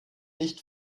nicht